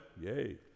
yay